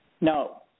No